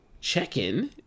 check-in